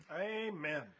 Amen